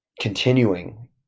continuing